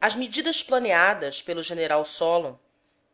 as medidas planeadas pelo general solon